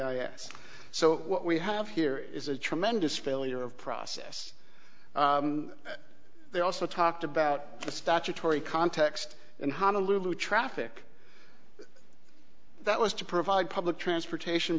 us so what we have here is a tremendous failure of process they also talked about the statutory context and honolulu traffic that was to provide public transportation